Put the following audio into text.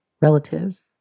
relatives